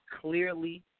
clearly –